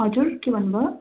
हजुर के भन्नुभयो